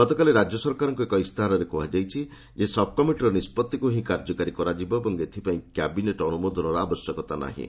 ଗତକାଲି ରାଜ୍ୟ ସରକାରଙ୍କ ଏକ ଇସ୍ତାହାରରେ କୁହାଯାଇଛି ଯେ ସବ୍ କମିଟିର ନିଷ୍କଉି ହିଁ କାର୍ଯ୍ୟକାରୀ କରାଯିବ ଏବଂ ଏଥିପାଇଁ କ୍ୟାବିନେଟ ଅନୁମୋଦନରେ ଆବଶ୍ୟକତା ନାହିଁ